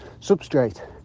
substrate